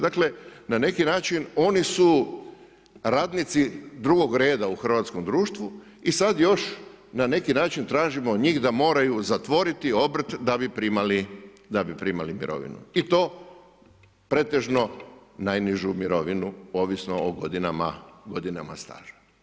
Dakle, na neki način oni su radnici drugog reda u hrvatskom društvu i sad još na neki način tražimo od njih da moraju zatvoriti obrt da bi primali mirovinu i to pretežno najnižu mirovinu ovisno o godinama staža.